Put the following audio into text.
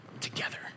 together